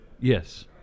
Yes